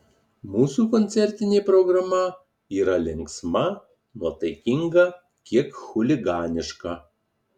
mūsų koncertinė programa yra linksma nuotaikinga kiek chuliganiška